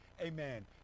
amen